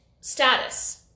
status